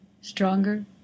stronger